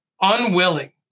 unwilling